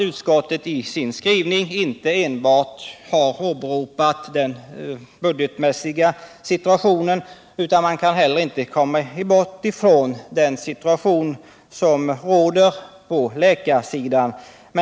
Utskottet har i sin skrivning inte enbart åberopat den budgetmässiga situationen utan också framhållit att man inte kan bortse från den situation som råder på läkarsidan.